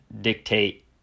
dictate